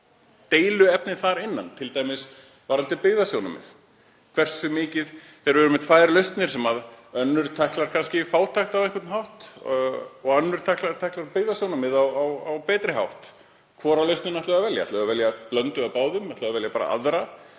deiluefni þar innan, t.d. varðandi byggðasjónarmið. Þegar við erum með tvær lausnir og önnur tæklar kannski fátækt á einhvern hátt og hin tæklar byggðasjónarmið á betri hátt, hvora lausnina ætlum við að velja? Ætlum við að velja blöndu af báðum, ætlum við að velja bara aðra?